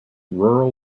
rural